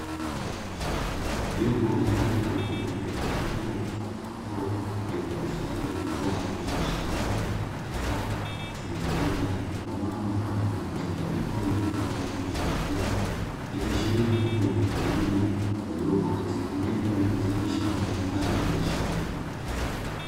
Jopo la watu waliobeba vyombo mfano wa ndoo vilivyohifadhi mazao ya biashara aina ya kahawa, zilizoota na kukomaa kwa rangi mchanganyiko nyekundu pamoja na kijani, ikiashiria kuwa ni wakulima waliopo katika eneo linalozalisha mazao hayo ya biashara.